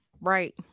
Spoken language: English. right